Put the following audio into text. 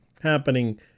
happening